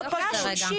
מאוד פשוט.